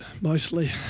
mostly